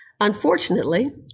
Unfortunately